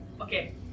Okay